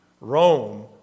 Rome